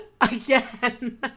Again